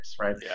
Right